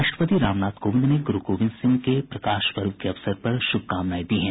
राष्ट्रपति रामनाथ कोविंद ने गुरू गोबिन्द सिंह के प्रकाश पर्व के अवसर पर शुभकामनाएं दी हैं